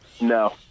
No